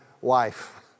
wife